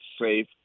safe